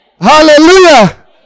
Hallelujah